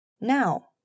now